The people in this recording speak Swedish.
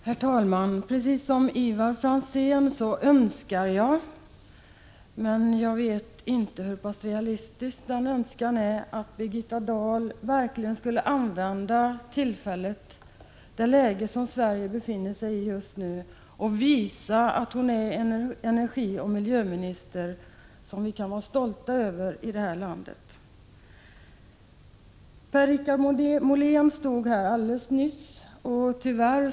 Herr talman! Precis som Ivar Franzén önskar jag — men jag vet inte hur pass realistisk denna önskan är — att Birgitta Dahl verkligen skulle använda tillfället, det läge som Sverige befinner sig i just nu, och visa att hon är en energioch miljöminister som vi kan vara stolta över i det här landet. Per-Richard Molén stod alldeles nyss här i talarstolen.